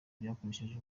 byakoresheje